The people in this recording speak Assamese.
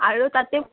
আৰু তাতে